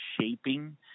shaping